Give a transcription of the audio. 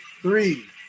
Three